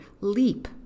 leap